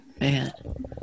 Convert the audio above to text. Man